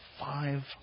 five